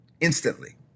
instantly